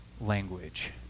language